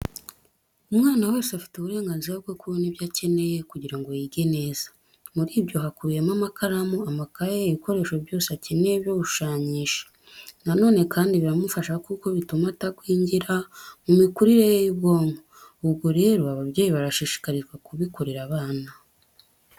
Umwana wese afite uburenganzira bwo kubona ibyo akeneye kugira ngo yige neza. Muri byo hakubiyemo amakaramu, amakaye, ibikoresho byose akeneye byo gushushanyisha. Na none kandi biramufasha kuko bituma atagwingira mu mikurire ye y'ubwonko. Ubwo rero ababyeyi barashishikarizwa kubikorera abana.